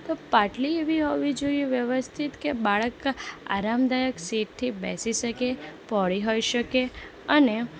તો પાટલી એવી હોવી જોઈએ વ્યવસ્થિત કે બાળક આરામદાયક સેફથી બેસી શકે પહોળી હોઈ શકે અને